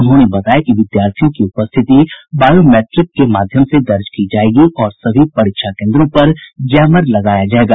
उन्होंने बताया कि विद्यार्थियों की उपस्थिति बायोमैट्रिक के माध्यम से दर्ज की जायेगी और सभी परीक्षा केन्द्रों पर जैमर लगाया जायेगा